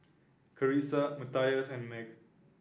Carisa Matthias and Meg